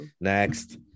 next